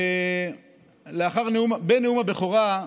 בנאום הבכורה,